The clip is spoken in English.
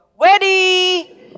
ready